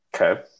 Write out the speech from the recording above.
okay